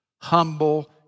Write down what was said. Humble